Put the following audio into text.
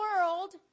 world